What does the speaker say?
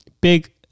big